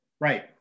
Right